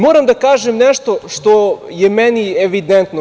Moram da kažem nešto što je meni evidentno.